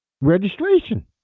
Registration